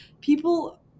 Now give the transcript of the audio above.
people